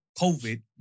COVID